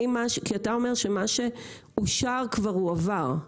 כי אתה אומר שמה שאושר כבר הועבר.